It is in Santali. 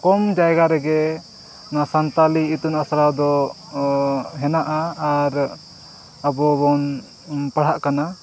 ᱠᱚᱢ ᱡᱟᱭᱜᱟ ᱨᱮᱜᱮ ᱱᱚᱣᱟ ᱥᱟᱱᱛᱟᱲᱤ ᱤᱛᱩᱱ ᱟᱥᱲᱟ ᱫᱚ ᱦᱮᱱᱟᱜᱼᱟ ᱟᱨ ᱟᱵᱚ ᱵᱚᱱ ᱯᱟᱲᱦᱟᱜ ᱠᱟᱱᱟ